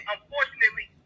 Unfortunately